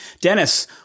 Dennis